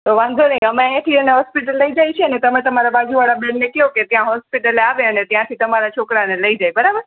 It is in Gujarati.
તો વાંધો નહીં અમે અહીંયાથી એને હોસ્પિટલ લઈ જઈએ છીએ અને તમે તમારાં બાજુવાળાં બેનને કહો કે ત્યાં હોસ્પિટલ આવે અને ત્યાંથી તમારા છોકરાને લઈ જાય બરાબર